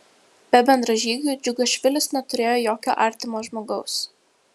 be bendražygių džiugašvilis neturėjo jokio artimo žmogaus